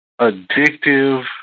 addictive